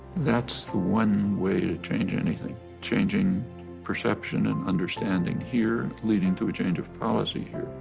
thatis the one way to change anything. changing perception and understanding here leading to a change of policy here.